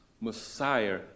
Messiah